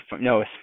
no